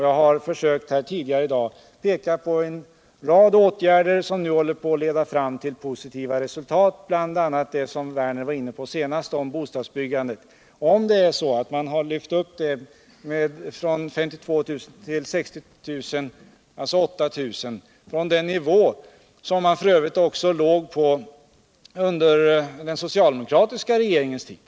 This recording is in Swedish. Jag har tidigare i dag försökt peka på en rad åtgärder som nu håller på att leda fram till positiva resultat, bl.a. på det omräde som Lars Werner senast var inne på, nämligen bostadsbyggandet. Vi har ökat bostadsbyggandet från 352 000 lägenheter till 60 000, alltså med 8 000 från den nivå som bostadsbyggandet [. ö. också låg på under den socialdemokratiska regeringens tid.